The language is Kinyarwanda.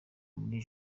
muri